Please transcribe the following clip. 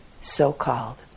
so-called